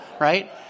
right